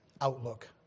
outlook